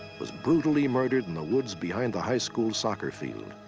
was brutally murdered in the woods behind the high school soccer field.